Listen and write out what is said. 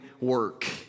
work